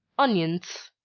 onions.